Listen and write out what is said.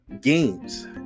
games